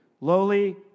lowly